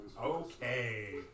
Okay